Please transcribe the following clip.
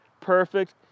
perfect